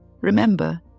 Remember